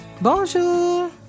Bonjour